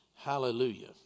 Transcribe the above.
Hallelujah